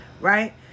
right